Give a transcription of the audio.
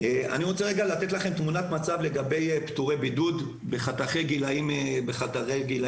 אני רוצה לכם תמונת מצב לגבי פטורי בידוד בחתך גילים שונים.